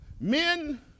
men